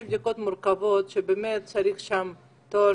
יש בדיקות מורכבות שבאמת צריך שם תואר